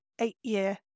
eight-year